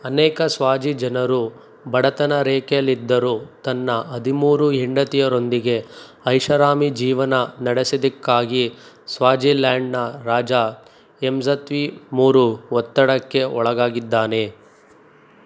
ಅನೇಕ ಸ್ವಾಜಿ ಜನರು ಬಡತನ ರೇಖೆಯಲ್ಲಿದ್ದರು ತನ್ನ ಹದಿಮೂರು ಹೆಂಡತಿಯರೊಂದಿಗೆ ಐಷಾರಾಮಿ ಜೀವನ ನಡೆಸಿದ್ದಕ್ಕಾಗಿ ಸ್ವಾಜಿಲ್ಯಾಂಡ್ನ ರಾಜ ಎಮ್ಸತ್ವಿ ಮೂರು ಒತ್ತಡಕ್ಕೆ ಒಳಗಾಗಿದ್ದಾನೆ